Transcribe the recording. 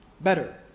better